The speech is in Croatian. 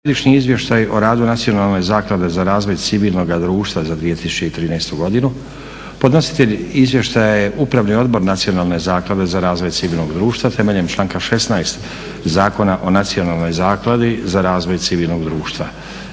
Godišnji izvještaj o radu Nacionalne zaklade za razvoj civilnoga društva za 2013. godinu Podnositelj izvještaja je Upravni odbor Nacionalne zaklade za razvoj civilnog društva temeljem članka 16. Zakona o nacionalnoj zakladi za razvoj civilnog društva.